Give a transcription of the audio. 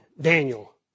Daniel